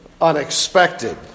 unexpected